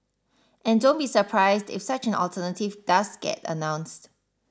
and don't be surprised if such an alternative does get announced